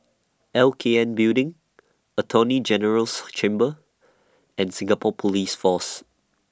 L K N Building Attorney General's Chambers and Singapore Police Force